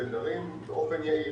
בתדרים באופן יעיל.